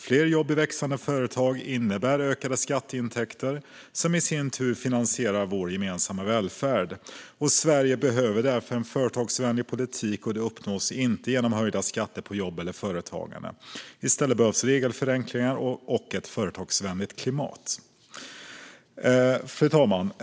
Fler jobb i växande företag innebär ökade skatteintäkter som i sin tur finansierar vår gemensamma välfärd. Sverige behöver därför en företagsvänlig politik, och det uppnås inte genom höjda skatter på jobb eller företagande. I stället behövs regelförenklingar och ett företagsvänligt klimat. Fru talman!